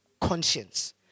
conscience